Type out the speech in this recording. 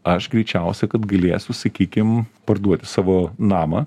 aš greičiausiai kad gailėsiu sakykim parduoti savo namą